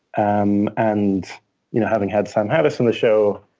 um and you know having had sam harris on the show,